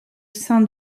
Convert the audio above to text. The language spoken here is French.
saint